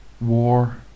war